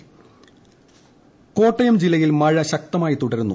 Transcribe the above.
കോട്ടയം മഴ ഇൻട്രോ കോട്ടയം ജില്ലയിൽ മഴ ശക്തമായി തുടരുന്നു